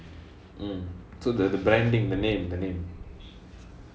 so the branding the name the name